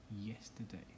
yesterday